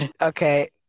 Okay